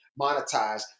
monetize